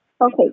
Okay